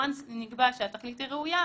ברגע שנקבע שהתכלית היא ראויה,